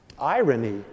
irony